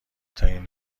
ترین